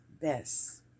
best